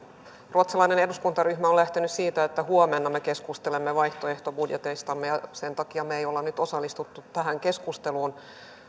ruotsalainen eduskuntaryhmä on lähtenyt siitä että huomenna me keskustelemme vaihtoehtobudjeteistamme ja sen takia me emme ole nyt osallistuneet tähän keskusteluun